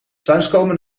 thuiskomen